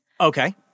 Okay